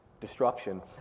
destruction